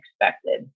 expected